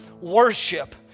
worship